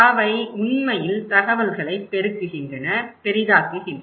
அவை உண்மையில் தகவல்களைப் பெருக்குகின்றன பெரிதாக்குகின்றன